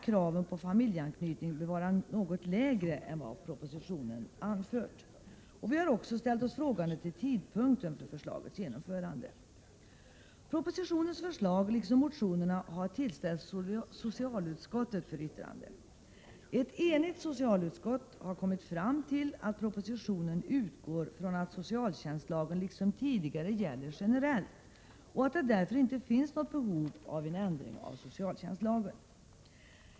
Kraven på familjeanknytning bör således vara något lägre än vad man i propositionen har anfört. Vi har också ställt oss frågande till tidpunkten för förslagets genomförande. 73 Propositionens förslag liksom motionerna har tillställts socialutskottet för yttrande. Ett enigt socialutskott har kommit fram till att propositionen utgår från att socialtjänstlagen liksom tidigare gäller generellt och att det därför inte finns något behov av ändring av socialtjänstlagen.